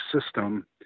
system